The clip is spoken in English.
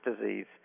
disease